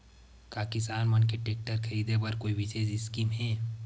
का किसान मन के टेक्टर ख़रीदे बर कोई विशेष स्कीम हे?